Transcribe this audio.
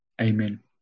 amen